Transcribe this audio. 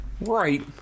Right